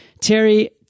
Terry